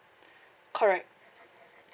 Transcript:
correct